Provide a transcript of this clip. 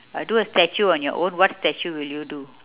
do a statue on your own what statue will you do